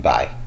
Bye